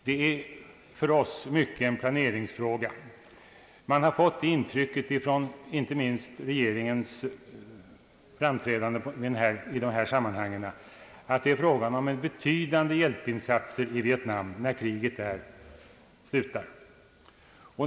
Det gäller för oss i stor utsträckning en planeringsfråga. Man har fått intrycket, inte minst av regeringens framträdanden i detta sammanhang, att det är fråga om en betydande hjälpinsats i Vietnam när kriget där slutar.